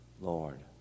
Lord